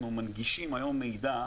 להנדסה,